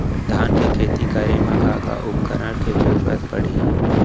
धान के खेती करे मा का का उपकरण के जरूरत पड़हि?